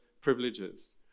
privileges